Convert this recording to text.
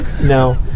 No